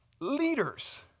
leaders